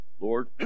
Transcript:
Lord